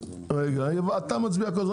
אתה כל הזמן מצביע.